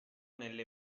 nelle